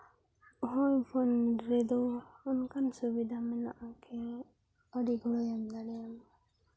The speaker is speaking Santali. ᱯᱷᱳᱱ ᱨᱮᱫᱚ ᱚᱱᱠᱟᱱ ᱥᱩᱵᱤᱫᱷᱟ ᱢᱮᱱᱟᱜᱼᱟ ᱠᱤ ᱟᱹᱰᱤ ᱜᱚᱲᱚᱭ ᱮᱢ ᱫᱟᱲᱮᱭᱟᱢᱟ